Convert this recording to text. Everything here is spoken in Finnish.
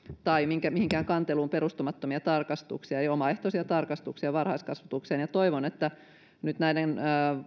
tai mihinkään kanteluun perustumattomia tarkastuksia eli omaehtoisia tarkastuksia varhaiskasvatukseen toivon että nyt näiden